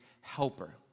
helper